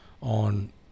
on